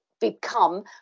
become